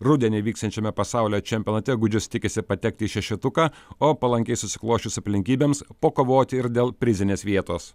rudenį vyksiančiame pasaulio čempionate gudžius tikisi patekti į šešetuką o palankiai susiklosčius aplinkybėms pakovoti ir dėl prizinės vietos